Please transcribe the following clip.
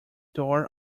door